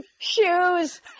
shoes